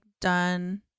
done